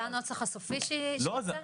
זה הנוסח הסופי שייצא?